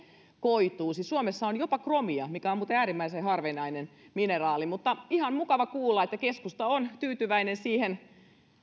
koituu siis suomessa on jopa kromia mikä on muuten äärimmäisen harvinainen mineraali mutta ihan mukava kuulla että keskusta on tyytyväinen